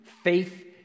Faith